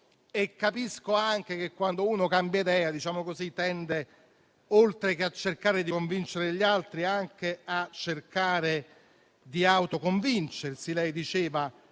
e capisco anche che quando si cambia idea si tende, oltre che a cercare di convincere gli altri, anche a cercare di autoconvincersi. Lei diceva,